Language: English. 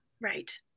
Right